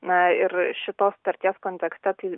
na ir šitos sutarties kontekste tai